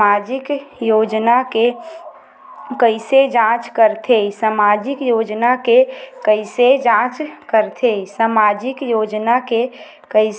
सामाजिक योजना के कइसे जांच करथे?